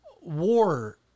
war